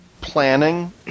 planning